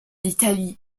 italie